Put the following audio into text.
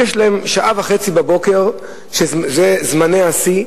יש להם שעה וחצי בבוקר שזה זמני השיא,